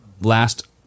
last